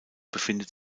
befindet